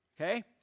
Okay